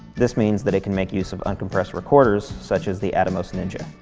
this means that it can make use of uncompressed recorders, such as the atomos ninja.